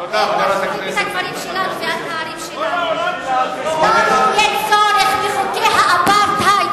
אם ירחיבו את הכפרים שלנו ואת הערים שלנו לא יהיה צורך בחוקי האפרטהייד